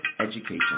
education